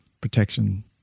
protection